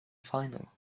final